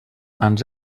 ens